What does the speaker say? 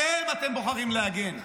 עליהם אתם בוחרים להגן,